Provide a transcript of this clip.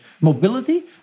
mobility